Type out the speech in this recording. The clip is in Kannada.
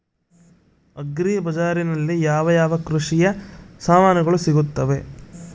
ಅಗ್ರಿ ಬಜಾರಿನಲ್ಲಿ ಯಾವ ಯಾವ ಕೃಷಿಯ ಸಾಮಾನುಗಳು ಸಿಗುತ್ತವೆ?